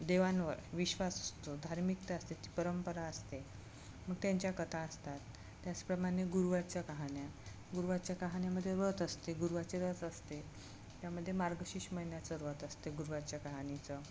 देवांवर विश्वास असतो धार्मिकता असते ती परंपरा असते मग त्यांच्या कथा असतात त्याचप्रमाणे गुरुवारच्या कहाण्या गुरुवारच्या कहाण्यामध्ये व्रत असते गुरुवारचे व्रत असते त्यामध्ये मार्गशीर्ष महिन्याचं व्रत असते गुरुवारच्या कहाणीचं